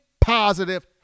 positive